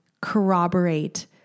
corroborate